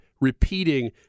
repeating